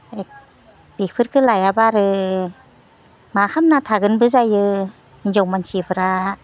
एक बिफोरखो लायाब्ला आरो मा खालामना थागोनबो जायो हिनजाव मानसिफोरा